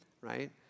right